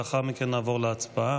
לאחר מכן נעבור להצבעה,